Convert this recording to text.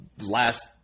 last